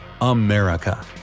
America